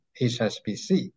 HSBC